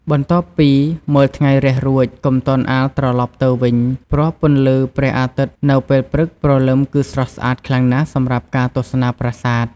បន្ទាប់ពីមើលថ្ងៃរះរួច កុំទាន់អាលត្រឡប់ទៅវិញ ព្រោះពន្លឺព្រះអាទិត្យនៅពេលព្រឹកព្រលឹមគឺស្រស់ស្អាតខ្លាំងណាស់សម្រាប់ការទស្សនាប្រាសាទ។